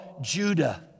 Judah